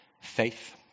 Faith